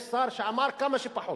יש שר שאמר: כמה שפחות.